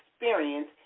experience